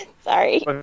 Sorry